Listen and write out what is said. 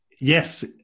yes